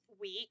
week